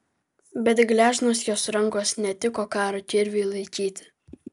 bet gležnos jos rankos netiko karo kirviui laikyti